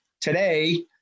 today